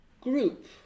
group